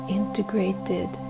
integrated